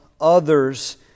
others